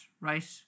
right